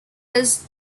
his